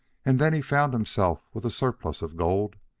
and then he found himself with a surplus of gold,